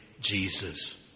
Jesus